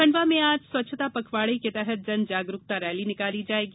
खंडवा में आज स्वच्छता पखवाड़े के तहत जनजागरूकता रैली निकाली जायेगी